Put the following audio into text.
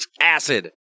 acid